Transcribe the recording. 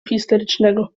histerycznego